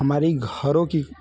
हमारी घरों की